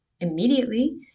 immediately